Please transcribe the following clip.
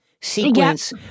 sequence